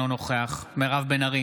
אינו נוכח מירב בן ארי,